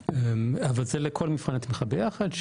אבל זה לכל מבחני התמיכה ביחד,